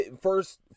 first